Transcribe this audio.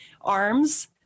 arms